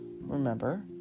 remember